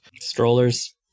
strollers